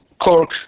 Cork